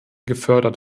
gefördert